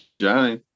Johnny